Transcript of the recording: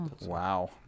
Wow